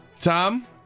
Tom